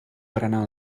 berenar